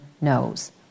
knows